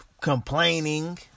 complaining